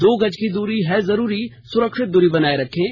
दो गज की दूरी है जरूरी सुरक्षित दूरी बनाए रखें